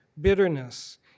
bitterness